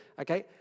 okay